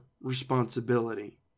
responsibility